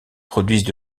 produisent